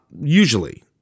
usually